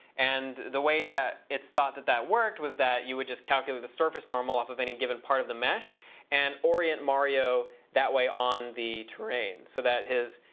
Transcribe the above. and the way that it's thought that that worked was that you would just calculate the surface normal off of any given part of the mesh and orient mario that way on the terrain so that his